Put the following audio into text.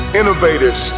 innovators